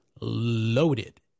loaded